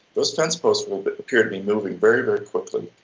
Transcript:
those fence posts will but appear to be moving very, very quickly.